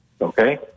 Okay